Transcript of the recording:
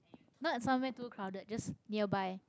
not at somewhere too crowded just nearby